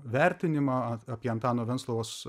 vertinimą apie antano venclovos